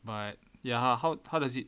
but ya how how does it